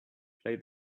play